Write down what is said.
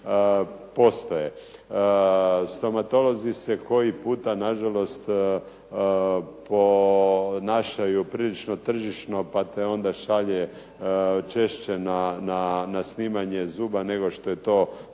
postoje. Stomatolozi se po koji puta ponašaju prilično tržišno pa te onda češće šalje na snimanje zuba nego što je to